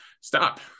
Stop